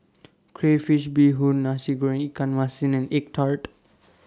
Crayfish Beehoon Nasi Goreng Ikan Masin and Egg Tart